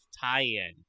tie-in